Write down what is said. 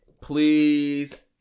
Please